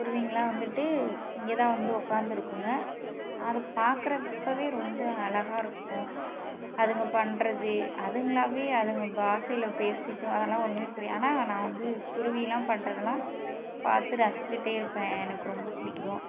குருவிங்கலாம் வந்துவிட்டு இங்கேதான் வந்து உட்காந்துருக்குங்க அது பார்க்கறப்பவே ரொம்ப அழகாக இருக்கும் அதுங்க பண்ணுறது அதுங்களாகவே அதுங்க பாசையில பேசிக்கும் அதெலாம் ஒன்றுமே புரியாது ஆனால் நா வந்து குருவிலாம் பண்ணுறதலான் பார்த்து ரசிச்சிகிட்டே இருப்பேன் எனக்கு ரொம்ப பிடிக்கும்